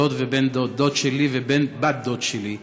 דוד שלי ובת-דוד שלי,